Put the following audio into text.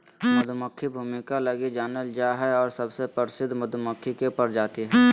मधुमक्खी भूमिका लगी जानल जा हइ और सबसे प्रसिद्ध मधुमक्खी के प्रजाति हइ